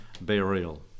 burial